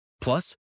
Plus